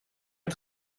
est